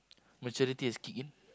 maturity has kick in